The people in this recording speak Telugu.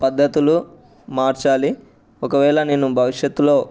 పద్ధతులు మార్చాలి ఒకవేళ నేను భవిష్యత్తులో